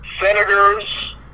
senators